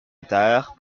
attard